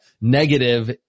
negative